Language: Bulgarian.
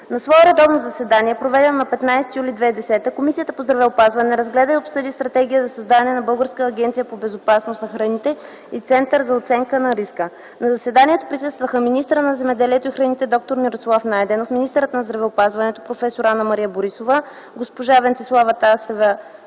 На свое редовно заседание, проведено на 15 юли 2010 г., Комисията по здравеопазването разгледа и обсъди Стратегия за създаване на Българска агенция по безопасност на храните и Център за оценка на риска. На заседанието присъстваха: министърът на земеделието и храните д-р Мирослав Найденов, министърът на здравеопазването проф. д-р Анна-Мария Борисова, госпожа Венцеслава Тасева